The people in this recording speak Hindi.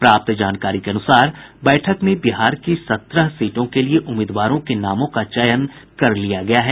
प्राप्त जानकारी के अनुसार बैठक में बिहार की सत्रह सीटों के लिए उम्मीदवारों के नामों का चयन कर लिया गया है